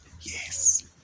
yes